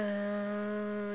uh